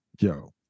Yo